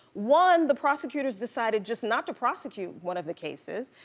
one, the prosecutors decided just not to prosecute one of the cases.